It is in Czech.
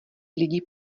lidi